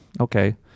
okay